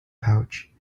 pouch